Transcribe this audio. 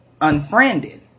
unfriended